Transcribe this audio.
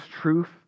truth